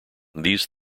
these